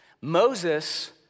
Moses